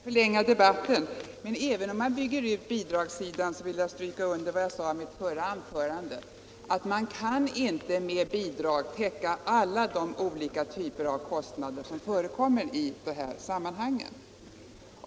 Herr talman! Jag skall inte förlänga debatten mycket. Men även om man bygger ut bidragssidan, vill jag stryka under vad jag sade i mitt förra anförande, nämligen att man inte med bidrag kan täcka alla de olika typer av kostnader som förekommer i dessa sammanhang.